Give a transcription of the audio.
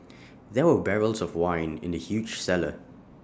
there were barrels of wine in the huge cellar